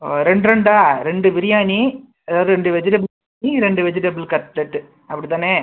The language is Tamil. ரெண்ட் ரெண்டா ரெண்டு பிரியாணி அதாவது ரெண்டு வெஜிடபிள் பிரியாணி ரெண்டு வெஜிடபிள் கட்லெட்டு அப்படி தானே